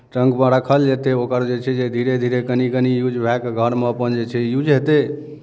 ट्रंकमे राखल जेतै ओकर जे छै जे धीरे धीरे कनि कनि यूज भए कऽ घरमे अपन जे छै यूज हेतै